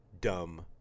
dumb